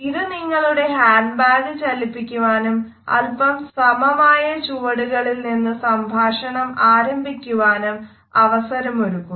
ഇത് നിങ്ങളുടെ ഹാൻഡ്ബാഗ് ചലിപ്പിക്കുവാനും അല്പം സമമായ ചുവടുകളിൽ നിന്ന് സംഭാഷണം ആരംഭിക്കുവാനും അവസരമൊരുക്കുന്നു